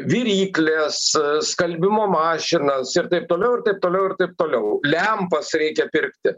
virykles skalbimo mašinas ir taip toliau ir taip toliau ir taip toliau lempas reikia pirkti